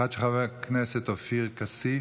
אחת של חבר הכנסת עופר כסיף.